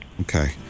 Okay